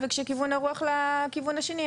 וכשכיוון הרוח לכיוון השני,